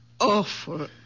awful